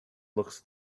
looks